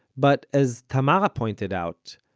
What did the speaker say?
but, as tamara pointed out,